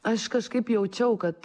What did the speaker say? aš kažkaip jaučiau kad